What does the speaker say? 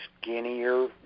skinnier